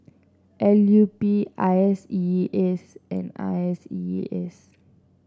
L U P I S E A S and I S E A S